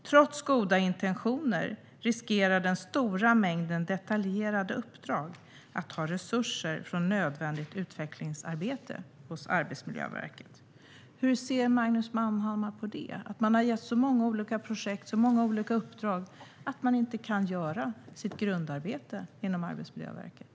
Trots goda intentioner riskerar den stora mängden detaljerade uppdrag att ta resurser från nödvändigt utvecklingsarbete hos Arbetsmiljöverket". Hur ser Magnus Manhammar på att det har getts så många olika projekt och uppdrag att man inte kan göra sitt grundarbete inom Arbetsmiljöverket?